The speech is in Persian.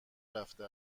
رفته